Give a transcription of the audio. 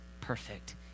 perfect